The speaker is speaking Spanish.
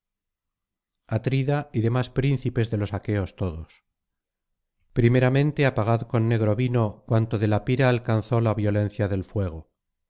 atrida y demás príncipes de los aqueos todos primeramente apagad con negro vino cuanto de la pira alcanzó la violencia del fuego